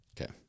Okay